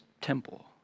temple